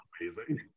amazing